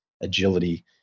agility